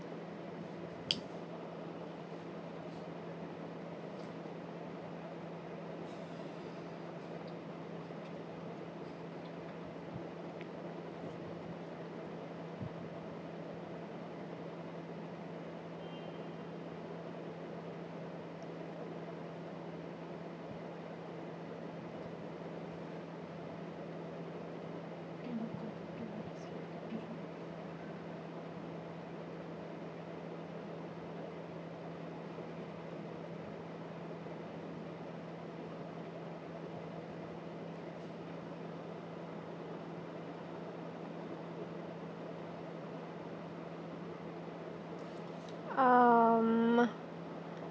um